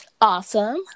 Awesome